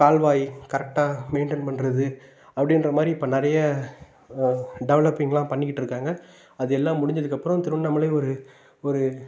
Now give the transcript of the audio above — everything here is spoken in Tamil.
கால்வாய் கரெக்டாக மெயின்டெயின் பண்ணுறது அப்படின்றமாரி இப்போ நிறைய டெவலப்பிங்லாம் பண்ணிக்கிட்டு இருக்காங்க அது எல்லாம் முடிஞ்சதுக்கப்புறம் திருவண்ணாமலை ஒரு ஒரு